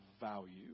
value